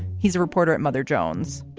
he's a reporter at mother jones